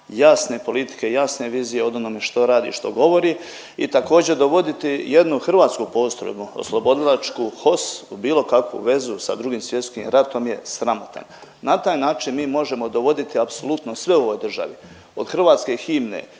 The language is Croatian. jasne politike, jasne vizije od onome što radi i što govori. I također dovoditi jednu hrvatsku postrojbu oslobodilačku HOS u bilo kakvu vezu sa 2. Svjetskim ratom je sramotan. Na taj način mi možemo dovoditi apsolutno sve u ovoj državi od hrvatske himne,